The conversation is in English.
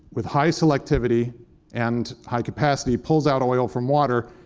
with high selectivity and high capacity, pulls out oil from water.